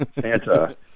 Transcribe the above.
Santa